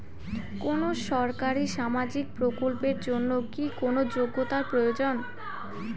কোনো সরকারি সামাজিক প্রকল্পের জন্য কি কোনো যোগ্যতার প্রয়োজন?